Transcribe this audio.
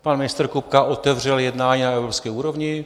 Pan ministr Kupka otevřel jednání na evropské úrovni.